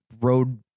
road